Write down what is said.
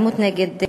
אלימות נגד נשים.